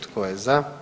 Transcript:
Tko je za?